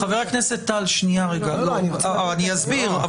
חבר הכנסת טל, שניה רגע, אני אסביר.